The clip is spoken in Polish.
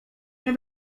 nie